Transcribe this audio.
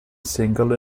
single